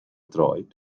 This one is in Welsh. droed